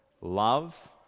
love